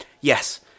yes